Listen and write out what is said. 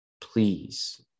Please